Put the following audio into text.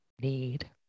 need